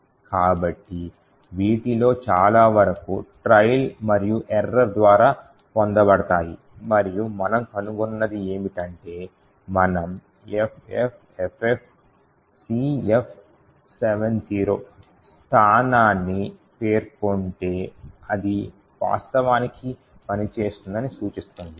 కాబట్టి వీటిలో చాలావరకు ట్రయల్ మరియు ఎర్రర్ ద్వారా పొందబడతాయి మరియు మనం కనుగొన్నది ఏమిటంటే మనము FFFFCF70 స్థానాన్ని పేర్కొంటే అది వాస్తవానికి పని చేస్తుందని సూచిస్తుంది